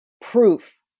proof